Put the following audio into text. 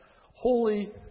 holy